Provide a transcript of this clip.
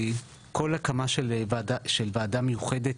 כל הקמה של ועדה מיוחדת